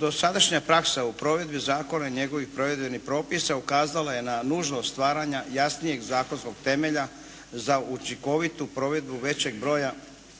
dosadašnja praksa u provedbi zakona i njegovih provedbenih propisa ukazala je na nužnost stvaranja jasnijeg zakonskog temelja za učinkovitu provedbu većeg broja